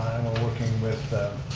we're working with